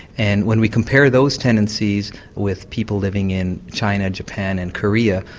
and when we compare those tendencies with people living in china, japan and korea,